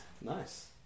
Nice